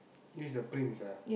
he is the prince ah